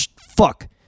Fuck